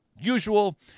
usual